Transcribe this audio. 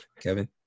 Kevin